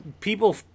people